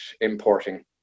importing